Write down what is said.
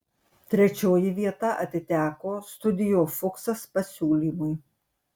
trečioji vieta atiteko studio fuksas pasiūlymui